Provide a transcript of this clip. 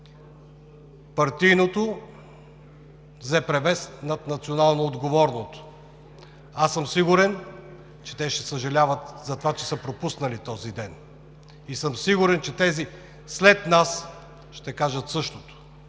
партийното взе превес над национално отговорното. Аз съм сигурен, че те ще съжаляват за това, че са пропуснали този ден и съм сигурен, че тези след нас ще кажат същото,